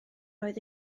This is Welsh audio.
oedd